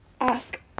Ask